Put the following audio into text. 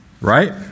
Right